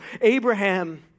Abraham